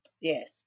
Yes